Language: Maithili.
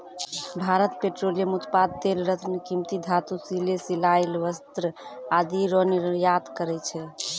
भारत पेट्रोलियम उत्पाद तेल रत्न कीमती धातु सिले सिलायल वस्त्र आदि रो निर्यात करै छै